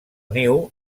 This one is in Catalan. niu